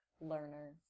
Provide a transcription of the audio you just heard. learner